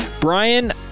Brian